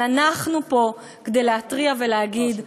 אבל אנחנו פה כדי להתריע ולהגיד: